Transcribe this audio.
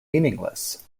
meaningless